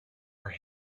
are